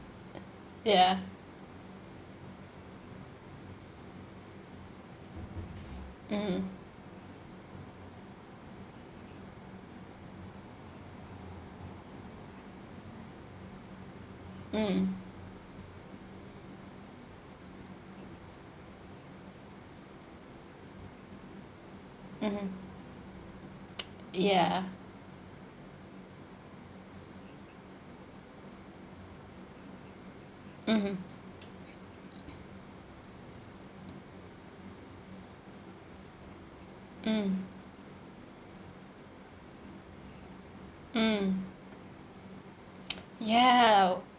ya mm mm mmhmm ya mmhmm mm mm ya